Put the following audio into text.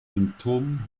symptomen